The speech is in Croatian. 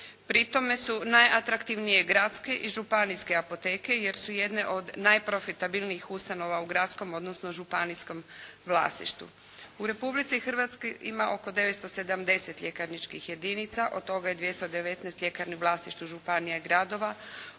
Pri tome su najatraktivnije gradske i županijske apoteke jer su jedne od najprofitabilnijih ustanova u gradskom odnosno županijskom vlasništvu. U Republici Hrvatskoj ima oko 970 ljekarničkih jedinica. Od toga je 219 ljekarni u vlasništvu županija, gradova,